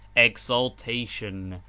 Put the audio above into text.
exaltation,